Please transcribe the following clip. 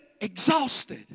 exhausted